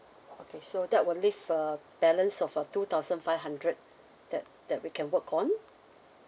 okay so that would leave a balance of uh two thousand five hundred that that we can work on